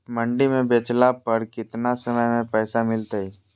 मंडी में बेचला पर कितना समय में पैसा मिलतैय?